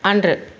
அன்று